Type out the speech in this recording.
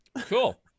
Cool